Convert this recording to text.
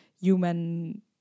human